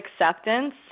acceptance